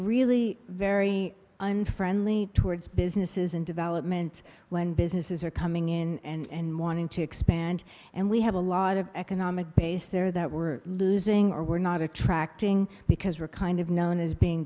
really very unfriendly towards businesses and development when businesses are coming in and morning to expand and we have a lot of economic base there that we're losing or we're not attracting because we're kind of known as being